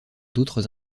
d’autres